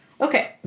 okay